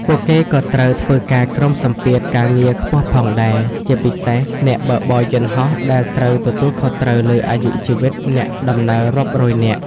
ពួកគេក៏ត្រូវធ្វើការក្រោមសម្ពាធការងារខ្ពស់ផងដែរ ជាពិសេសអ្នកបើកបរយន្តហោះដែលត្រូវទទួលខុសត្រូវលើអាយុជីវិតអ្នកដំណើររាប់រយនាក់។